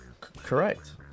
correct